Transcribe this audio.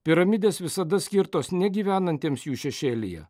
piramidės visada skirtos ne gyvenantiems jų šešėlyje